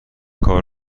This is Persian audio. کار